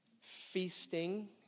feasting